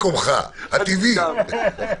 הוא מפרק כל עורך דין שם בבית משפט.